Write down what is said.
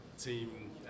team